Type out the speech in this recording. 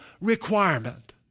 requirement